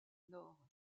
nord